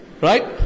right